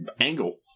angle